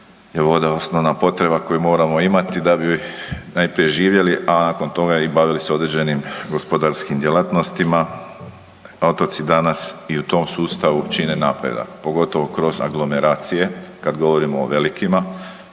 voda osnovna potreba koju moramo imati da bi najprije živjeli, a nakon toga i bavili se određenim gospodarskim djelatnostima. Otoci danas i u tom sustavu čine napredak, pogotovo kroz aglomeracije kad govorimo o velikima.